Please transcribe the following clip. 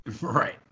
Right